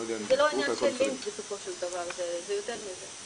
זה לא עניין של ניב, בסופו של דבר, זה יותר מזה.